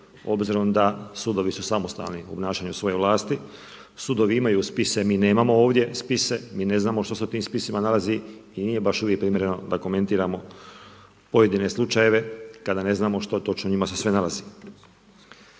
obzirom da sudovi su samostalni u obnašanju svoje vlasti, sudovi imaju spise, mi nemamo ovdje spise, mi ne znamo što se u tim spisima nalazi i nije baš uvijek primjereno da komentiramo pojedine slučajeve kada ne znamo što točno se u njima nalazi.